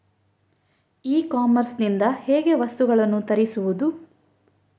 E commerce ಇಂದ ಹೇಗೆ ವಸ್ತುಗಳನ್ನು ತರಿಸುವುದು?